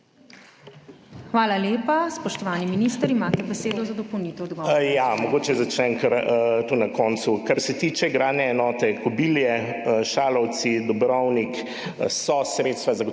Hvala lepa. Spoštovani minister, imate besedo za dopolnitev odgovora.